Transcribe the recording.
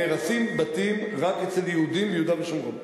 נהרסים בתים רק אצל יהודים ביהודה ושומרון.